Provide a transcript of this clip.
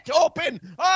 open